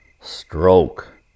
Stroke